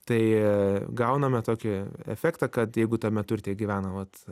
tai gauname tokį efektą kad jeigu tame turte gyvena vat